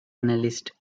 analyst